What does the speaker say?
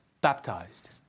baptized